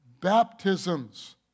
baptisms